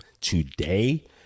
today